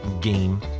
Game